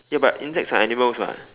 ya but insects are animals [what]